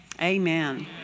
Amen